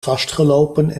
vastgelopen